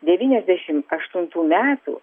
devyniasdešimt aštuntų metų